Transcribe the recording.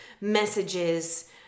messages